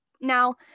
Now